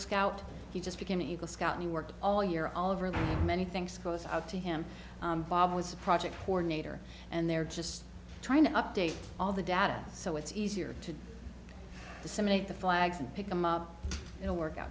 scout he just became an eagle scout he worked all year all over the many things goes out to him bob was a project coordinator and they're just trying to update all the data so it's easier to disseminate the flags and pick them up and work out